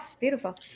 Beautiful